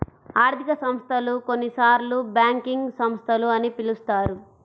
ఆర్థిక సంస్థలు, కొన్నిసార్లుబ్యాంకింగ్ సంస్థలు అని పిలుస్తారు